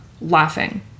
laughing